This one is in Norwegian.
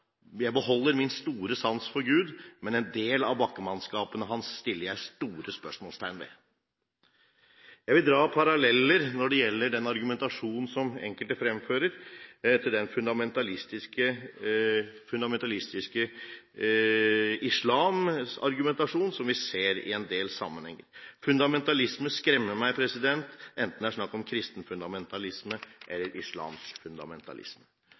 beholder min store sans for Gud, men en del av bakkemannskapene hans setter jeg store spørsmålstegn ved. Jeg vil dra paralleller til den argumentasjonen som enkelte fremfører når det gjelder islamsk fundamentalisme, som vi ser i en del sammenhenger: Fundamentalisme skremmer meg, enten det er snakk om kristen fundamentalisme eller islamsk fundamentalisme.